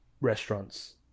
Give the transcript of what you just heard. restaurants